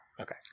Okay